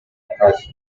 presence